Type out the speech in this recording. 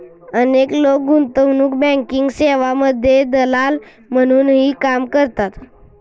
अनेक लोक गुंतवणूक बँकिंग सेवांमध्ये दलाल म्हणूनही काम करतात